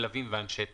מלווים ואנשי צוות,